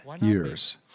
years